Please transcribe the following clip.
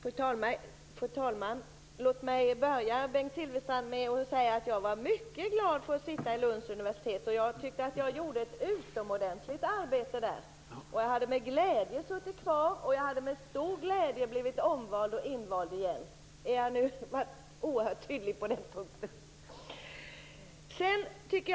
Fru talman! Låt mig börja med att säga att jag var mycket glad över att sitta i styrelsen för Lunds universitet, Bengt Silfverstrand. Jag tyckte att jag gjorde ett utomordentligt arbete där, och jag hade med stor glädje suttit kvar och blivit omvald och invald igen. Är jag nu oerhört tydlig på den punkten?